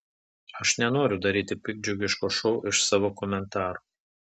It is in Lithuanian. aš nenoriu daryti piktdžiugiško šou iš savo komentarų